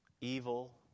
Evil